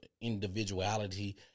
individuality